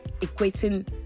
equating